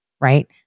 right